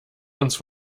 uns